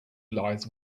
lies